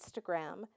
Instagram